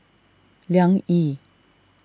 Liang Yi